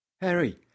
Harry